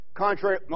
contrary